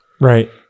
Right